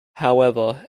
however